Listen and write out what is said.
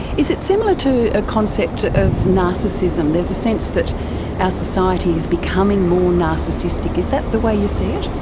is it similar to a concept of narcissism? there's a sense that our ah society is becoming more narcissistic. is that the way you see it?